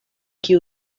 qui